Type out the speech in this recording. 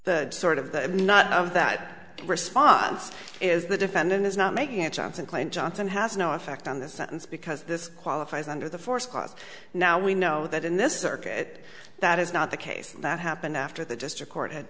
the sort of the not of that response is the defendant is not making it johnson claimed johnson has no effect on this sentence because this qualifies under the force clause now we know that in this circuit that is not the case that happened after the district court had